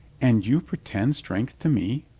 and you pretend strength to me?